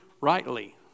Rightly